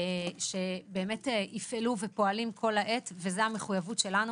שבאמת יפעלו ופועלים כל העת וזו המחויבות שלנו.